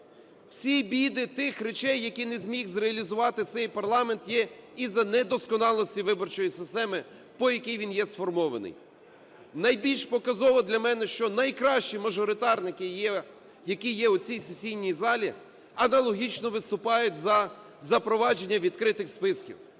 Всі біди тих речей, які не зміг зреалізувати цей парламент, є із-за недосконалості виборчої системи, по якій він є сформований. Найбільш показово для мене, що найкращі мажоритарники, які є в цій сесійній залі, аналогічно виступають за запровадження відкритих списків.